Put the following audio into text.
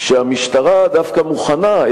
שהמשטרה דווקא מוכנה,